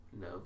No